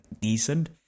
decent